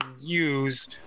use